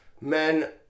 men